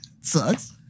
Sucks